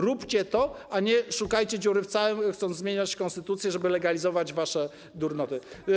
Róbcie to i nie szukajcie dziury w całym, chcąc zmieniać konstytucję, żeby legalizować wasze durnoty.